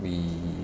we